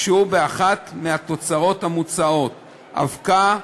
כשהוא באחת מהתצורות המוצעות: אבקה,